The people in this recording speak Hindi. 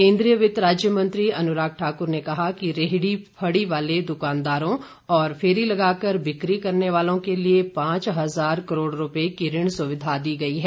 केंद्रीय वित्त राज्य मंत्री अनुराग ठाकुर ने कहा कि रेहड़ी फड़ी वाले दुकानदारों और फेरी लगाकर बिक्री करने वालों के लिए पांच हज़ार करोड़ रुपये की ऋण सुविधा दी गई है